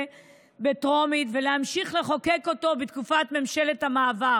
בקריאה טרומית ולהמשיך לחוקק אותו בתקופת ממשלת המעבר.